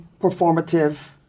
performative